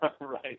Right